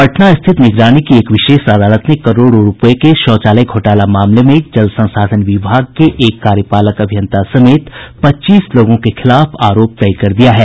पटना स्थित निगरानी की एक विशेष अदालत ने करोड़ों रुपये के शौचालय घोटाला मामले में जल संसाधन विभाग के एक कार्यपालक अभियंता समेत पच्चीस लोगों के खिलाफ आरोप तय कर दिया है